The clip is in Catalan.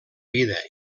vida